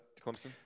Clemson